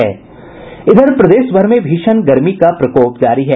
इधर प्रदेश भर में भीषण गर्मी का प्रकोप जारी है